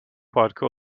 parkı